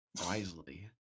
wisely